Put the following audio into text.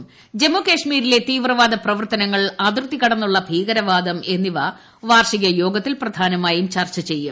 ജമ്മുകാശ്മീരിലെ തീവ്രവാദ പ്രവർത്തനങ്ങൾ അതിർത്തി കടന്നുള്ള ഭീകരവാദം എന്നിവ വാർഷിക യോഗത്തിൽ പ്രധാനമായും ചർച്ചു ചെയ്യും